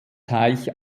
teich